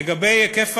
לגבי היקף